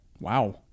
Wow